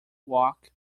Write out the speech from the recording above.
walk